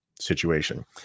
situation